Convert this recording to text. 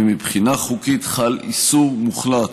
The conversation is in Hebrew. ומבחינה חוקית חל איסור מוחלט